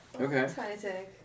Okay